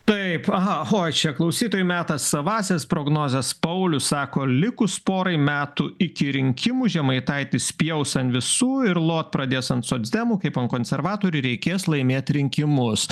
taip aha hoi čia klausytojų metas savąsias prognozes paulius sako likus porai metų iki rinkimų žemaitaitis spjaus ant visų ir lot pradės ant socdemų kaip ant konservatorių reikės laimėt rinkimus